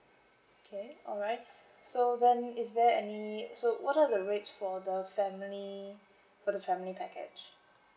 okay alright so then is there any so what are the rates for the family for the family package